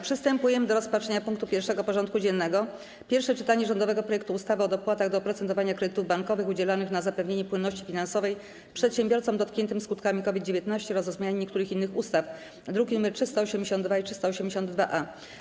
Przystępujemy do rozpatrzenia punktu 1. porządku dziennego: Pierwsze czytanie rządowego projektu ustawy o dopłatach do oprocentowania kredytów bankowych udzielanych na zapewnienie płynności finansowej przedsiębiorcom dotkniętym skutkami COVID-19 oraz o zmianie niektórych innych ustaw (druki nr 382 i 382-A)